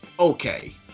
okay